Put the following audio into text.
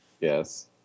yes